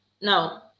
No